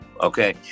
okay